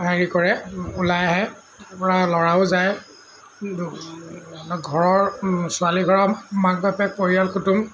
হেৰি কৰে ওলাই আহে আপোনাৰ ল'ৰাও যায় ঘৰৰ ছোৱালীঘৰৰ মাক বাপেক পৰিয়াল কুটুম